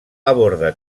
aborda